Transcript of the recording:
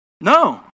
No